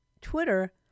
Twitter